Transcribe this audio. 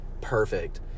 perfect